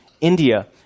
India